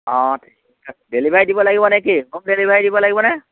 অঁ ডেলিভাৰী দিব লাগিব নে কি হোম ডেলিভাৰী দিব লাগিব নে